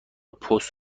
پست